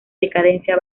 decadencia